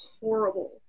horrible